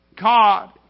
God